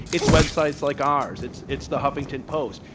it's websites like ours, it's it's the huffington post.